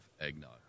eggnog